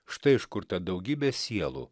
štai iš kur ta daugybė sielų